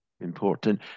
important